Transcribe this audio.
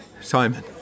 Simon